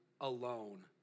alone